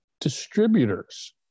distributors